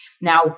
Now